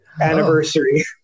anniversary